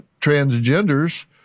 transgenders